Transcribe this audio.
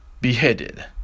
beheaded